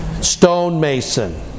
stonemason